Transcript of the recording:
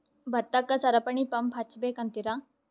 ಭತ್ತಕ್ಕ ಸರಪಣಿ ಪಂಪ್ ಹಚ್ಚಬೇಕ್ ಅಂತಿರಾ?